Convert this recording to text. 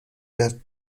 der